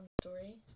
story